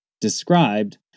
described